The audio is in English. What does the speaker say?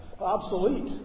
obsolete